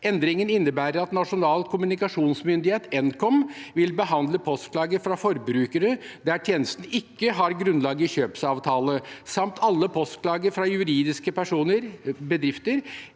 Endringen innebærer at Nasjonal kommunikasjonsmyndighet, Nkom, vil behandle postklager fra forbrukere der tjenesten ikke har grunnlag i kjøpsavtale, samt alle postklager fra juridiske personer,